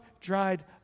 dried